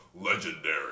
legendary